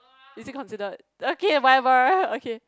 is it considered okay whatever uh okay